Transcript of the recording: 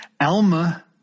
Alma